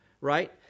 right